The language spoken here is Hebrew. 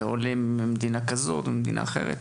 ועולים ממדינה כזאת וממדינה אחרת,